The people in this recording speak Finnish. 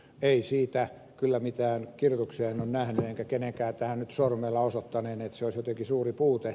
en siitä kyllä mitään kirjoituksia ole nähnyt enkä kenenkään tähän nyt sormella osoittaneen että se olisi jotenkin suuri puute